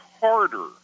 harder